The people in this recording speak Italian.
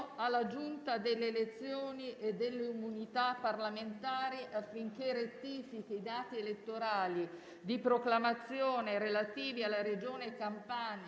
alla Giunta delle elezioni e delle immunità parlamentari affinché rettifichi i dati elettorali di proclamazione relativi alla Regione Campania